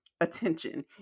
attention